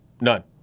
None